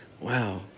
Wow